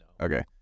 Okay